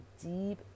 deep